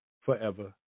forever